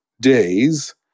days